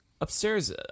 Upstairs